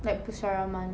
like pusaraman